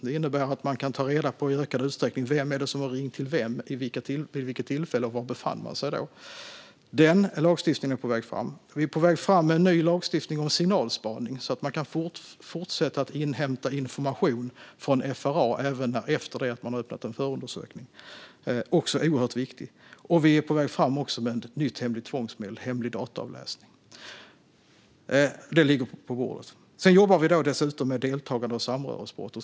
Det innebär att man i ökad utsträckning kan ta reda på vem som har ringt till vem, vid vilka tillfällen och var man då befann sig. Denna lagstiftning är på väg fram. Vi är också på väg fram med en ny lagstiftning om signalspaning, så att man kan fortsätta att inhämta information från FRA även efter det att man har öppnat en förundersökning. Det är också oerhört viktigt. Vi är även på väg fram med ett nytt hemligt tvångsmedel: hemlig dataavläsning. Det ligger på bordet. Vi jobbar dessutom med frågan om deltagande och samröresbrottet.